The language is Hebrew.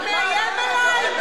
אתה מאיים עלי?